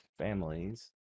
families